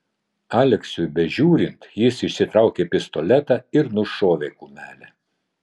aleksiui bežiūrint jis išsitraukė pistoletą ir nušovė kumelę